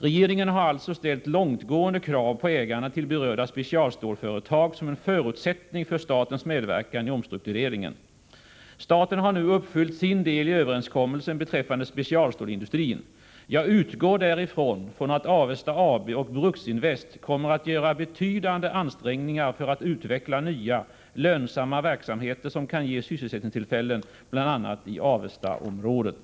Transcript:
Regeringen har alltså ställt långtgående krav på ägarna till berörda specialstålsföretag som en förutsättning för statens medverkan i omstruktureringen. Staten har nu uppfyllt sin del i överenskommelsen beträffande specialstålsindustrin. Jag utgår därför från att Avesta AB och Bruksinvest AB kommer att göra betydande ansträngningar för att utveckla nya, lönsamma verksamheter som kan ge sysselsättningstillfällen bl.a. i Avestaområdet.